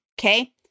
Okay